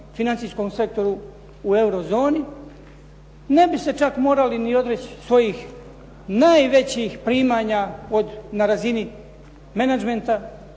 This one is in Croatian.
financijskom sektoru u euro zoni. Ne bi se čak morali ni odreći svojih najvećih primanja na razini menagmenta,